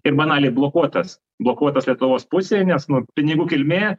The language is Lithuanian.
ir banaliai blokuotas blokuotas lietuvos pusėj nes nu pinigų kilmė